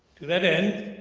that end,